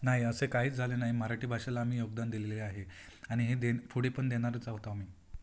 नाही असे काहीच झाले नाही मराठी भाषेला आम्ही योगदान दिलेले आहे आणि हे देणं पुढे पण देणारच आहोत आम्ही